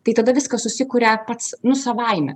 tai tada viskas susikuria pats nu savaime